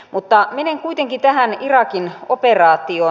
mutta menen kuitenkin tähän irakin operaatioon